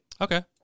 Okay